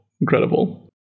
Incredible